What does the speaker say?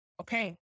okay